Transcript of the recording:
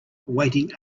waiting